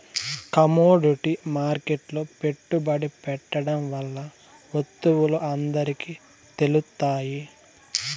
commodity మార్కెట్లో పెట్టుబడి పెట్టడం వల్ల వత్తువులు అందరికి తెలుత్తాయి